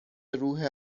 روح